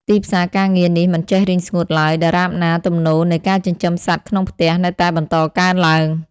ទីផ្សារការងារនេះមិនចេះរីងស្ងួតឡើយ ដរាបណាទំនោរនៃការចិញ្ចឹមសត្វក្នុងផ្ទះ នៅតែបន្តកើនឡើង។